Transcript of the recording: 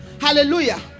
hallelujah